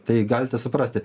tai galite suprasti